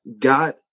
God